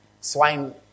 Swine